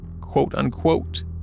quote-unquote